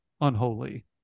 unholy